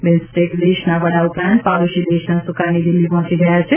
BIMSTEC દેશના વડા ઉપરાંત પાડોશી દેશના સૂકાની દિલ્હી પહોંચી ગયા છે